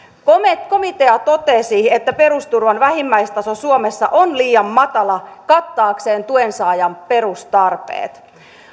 komitea komitea totesi että perusturvan vähimmäistaso suomessa on liian matala kattaakseen tuensaajan perustarpeet